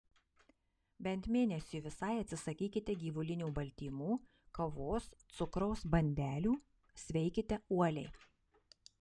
bent mėnesiui visai atsisakykite gyvulinių baltymų kavos cukraus bandelių sveikite uoliai